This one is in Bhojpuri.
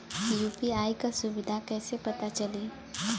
यू.पी.आई क सुविधा कैसे पता चली?